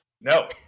No